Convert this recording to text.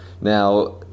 Now